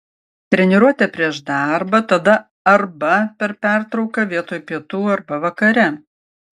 treniruotė prieš darbą tada arba per pertrauką vietoj pietų arba vakare